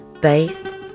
based